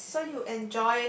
yes